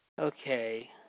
Okay